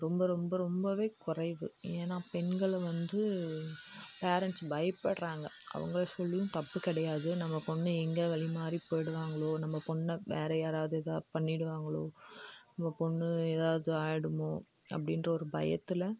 ரொம்ப ரொம்ப ரொம்ப குறைவு ஏன்னா பெண்களை வந்து பேரண்ட்ஸ் பயப்படுகிறாங்க அவங்கள சொல்லியும் தப்பு கிடையாது நம்ம பொண்ணு எங்கே வழிமாறி போய்டுவாங்களோ நம்ம பொண்ணை வேறு யாராவது ஏதாவது பண்ணிவிடுவாங்களோ நம்ம பொண்ணு ஏதாவது ஆகிடுமோ அப்படின்ற ஒரு பயத்தில்